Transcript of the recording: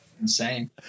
Insane